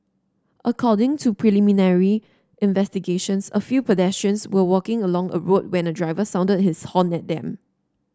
according to preliminary investigations a few pedestrians were walking along a road when a driver sounded his horn at them